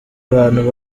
bantu